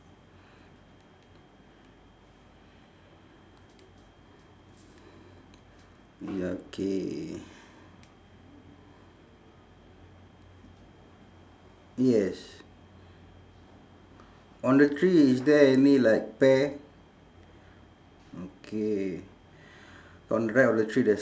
ya K yes on the tree is there any like pear okay on the right of the tree there's